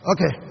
Okay